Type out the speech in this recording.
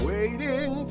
Waiting